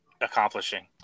accomplishing